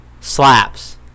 Slaps